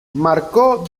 marcó